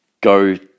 go